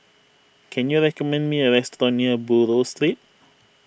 can you recommend me a restaurant near Buroh Street